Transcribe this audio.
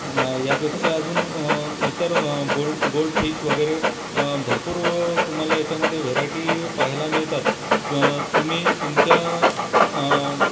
यापेक्षा अजून इतर व्ह गोल्ड गोल्डफिश वगैरे भरपूर तुम्हाला याच्यामध्ये व्हरायटी पाहायला मिळतात तुम्ही तुमच्या